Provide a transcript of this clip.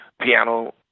piano